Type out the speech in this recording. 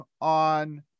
on